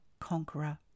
conqueror